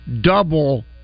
double